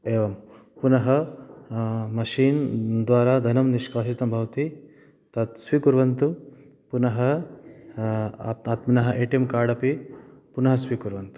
एवं पुनः मशिन्द्वारा धनं निष्कासितं भवति तत् स्वीकुर्वन्तु पुनः आत्म् आत्मनः ए टी एम् कार्ड् अपि पुनः स्वीकुर्वन्तु इति